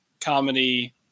comedy